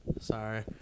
Sorry